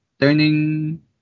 turning